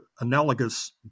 analogous